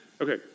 Okay